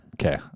Okay